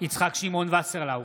יצחק שמעון וסרלאוף,